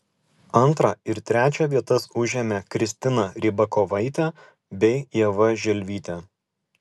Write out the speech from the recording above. antrą ir trečią vietas užėmė kristina rybakovaitė bei ieva želvytė